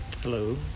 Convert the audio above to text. hello